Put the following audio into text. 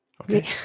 Okay